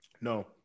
No